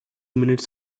minutes